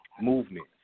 Movement